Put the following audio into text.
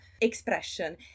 expression